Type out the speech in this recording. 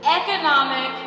economic